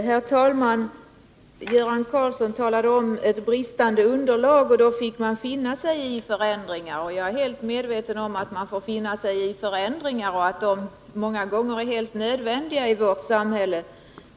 Herr talman! Göran Karlsson talade om ett bristande underlag, och att man i sådana fall fick finna sig i förändringar. Jag är helt medveten om att man får finna sig i förändringar och att de är helt nödvändiga i vårt samhälle.